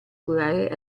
curare